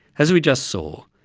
as we just saw,